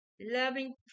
Loving